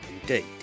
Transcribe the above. indeed